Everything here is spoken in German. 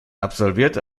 absolvierte